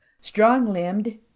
strong-limbed